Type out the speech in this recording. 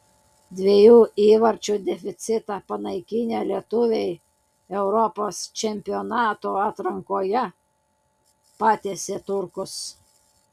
dviejų įvarčių deficitą panaikinę lietuviai europos čempionato atrankoje patiesė turkus